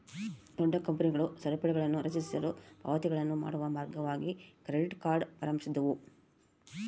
ದೊಡ್ಡ ಕಂಪನಿಗಳು ಸರಪಳಿಗಳನ್ನುರಚಿಸಲು ಪಾವತಿಗಳನ್ನು ಮಾಡುವ ಮಾರ್ಗವಾಗಿ ಕ್ರೆಡಿಟ್ ಕಾರ್ಡ್ ಪ್ರಾರಂಭಿಸಿದ್ವು